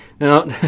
Now